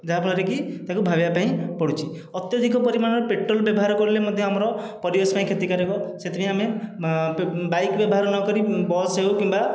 ଯାହା ଫଳରେକି ତାକୁ ଭାବିବା ପାଇଁ ପଡ଼ୁଛି ଅତ୍ୟଧିକ ପରିମାଣରେ ପେଟ୍ରୋଲ ବ୍ୟବହାର କଲେ ମଧ୍ୟ ଆମର ପରିବେଶ ପାଇଁ କ୍ଷତିକାରକ ସେଥିପାଇଁ ଆମେ ବାଇକ ବ୍ୟବହାର ନକରି ବସ୍ ହେଉ କିମ୍ବା